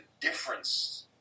difference